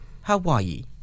Hawaii